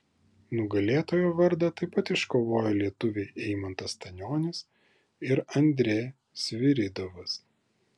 nugalėtojo vardą taip pat iškovojo lietuviai eimantas stanionis ir andrė sviridovas